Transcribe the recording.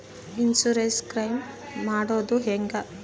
Insurance claim ಮಾಡೋದು ಹೆಂಗ?